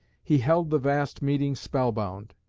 he held the vast meeting spell-bound,